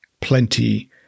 Plenty